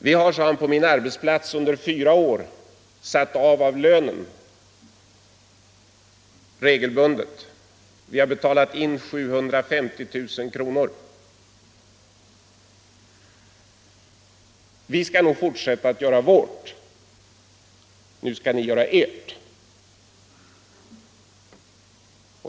Vi har, sade han, på min arbetsplats under fyra år regelbundet satt av pengar av lönen och betalat in 750 000 kronor till u-hjälp. Vi skall nog fortsätta att göra vårt, nu skall ni göra ert.